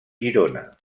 girona